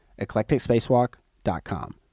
eclecticspacewalk.com